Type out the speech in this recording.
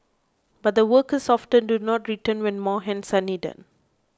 but the workers often do not return when more hands are needed